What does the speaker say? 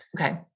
Okay